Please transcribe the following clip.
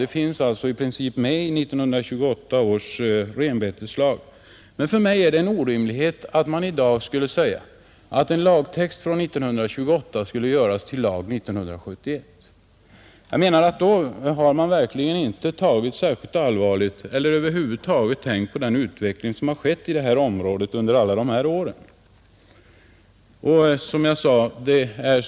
Det finns i princip med i 1928 års renbeteslag, men för mig är det en orimlighet att man i dag skulle kunna säga att en lagtext från 1928 skulle göras till lag 1971. Då har man verkligen inte tagit särskilt allvarligt på problemet eller över huvud taget tänkt på den utveckling som har skett på detta område under alla dessa år.